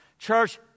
Church